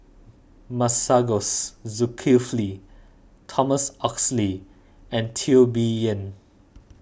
Masagos Zulkifli Thomas Oxley and Teo Bee Yen